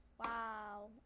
Wow